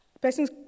person's